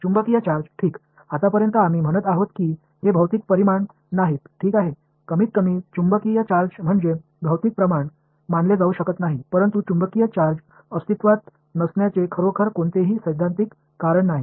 चुंबकीय चार्ज ठीक आतापर्यंत आम्ही म्हणत आहोत की हे भौतिक परिमाण नाहीत ठीक आहे कमीतकमी चुंबकीय चार्ज म्हणजे भौतिक प्रमाण मानले जाऊ शकत नाही परंतु चुंबकीय चार्ज अस्तित्त्वात नसण्याचे खरोखर कोणतेही सैद्धांतिक कारण नाही